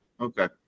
Okay